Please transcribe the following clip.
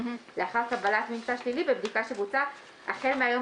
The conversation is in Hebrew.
"לאחר קבלת ממצא שלילי בבדיקה שבוצעה החל מהיום